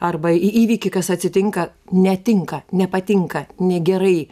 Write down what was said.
arba į įvykį kas atsitinka netinka nepatinka negerai